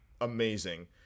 amazing